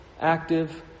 active